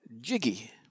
jiggy